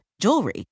jewelry